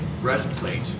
breastplate